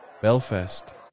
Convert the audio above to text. Belfast